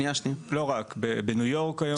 לא רק, בניו יורק גם.